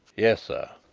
yes, sir.